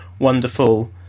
wonderful